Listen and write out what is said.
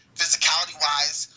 physicality-wise